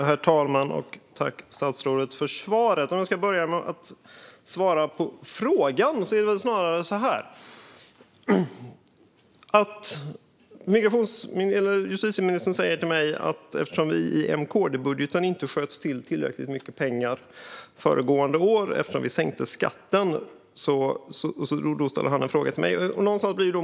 Herr talman! Tack, statsrådet, för svaret! Låt mig börja med att svara på frågan. Justitieministern säger till mig att vi i M-KD-budgeten inte sköt till tillräckligt mycket pengar under föregående år eftersom vi sänkte skatten. Sedan ställer han en motfråga till mig om det.